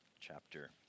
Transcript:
chapter